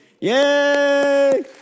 Yay